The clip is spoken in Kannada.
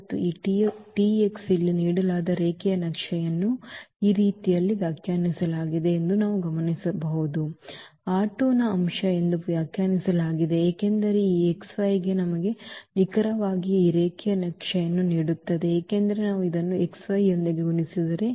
ಮತ್ತು ಈ Tx ಇಲ್ಲಿ ನೀಡಲಾದ ರೇಖೀಯ ನಕ್ಷೆಯನ್ನು ಇಲ್ಲಿ ಈ ರೀತಿಯಲ್ಲಿ ವ್ಯಾಖ್ಯಾನಿಸಲಾಗಿದೆ ಎಂದು ನಾವು ಗಮನಿಸಬಹುದು A ಮತ್ತು ಈ ನ ಈ ಅಂಶ ಎಂದು ವ್ಯಾಖ್ಯಾನಿಸಲಾಗಿದೆ ಏಕೆಂದರೆ ಇದು ಈ xy ಗೆ ನಮಗೆ ನಿಖರವಾಗಿ ಈ ರೇಖೀಯ ನಕ್ಷೆಯನ್ನು ನೀಡುತ್ತದೆ ಏಕೆಂದರೆ ನಾವು ಇದನ್ನು x y ಯೊಂದಿಗೆ ಗುಣಿಸಿದರೆ